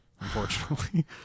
unfortunately